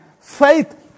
Faith